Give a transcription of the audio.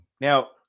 Now